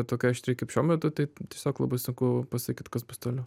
tokia aštri kaip šiuo metu tai tiesiog labai sunku pasakyt kas bus toliau